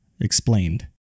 explained